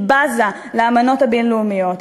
היא בזה לאמנות הבין-לאומיות,